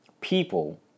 people